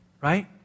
right